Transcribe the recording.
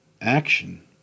action